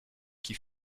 qui